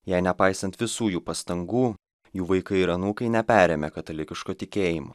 jei nepaisant visų jų pastangų jų vaikai ir anūkai neperėmė katalikiško tikėjimo